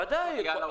בוודאי.